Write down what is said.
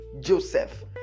Joseph